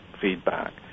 feedback